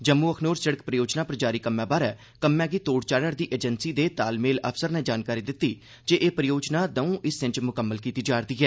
जम्मू अखनूर शिड़क परियोजना पर जारी कम्में बारे कम्मै गी तोड़ चाढ़ा'रदी एजाजी दे तालमेल अफसर नै जानकारी दित्ती जे एह् परियोजना दऊं हिस्से च मुकम्मल कीती जा'रदी ऐ